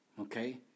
okay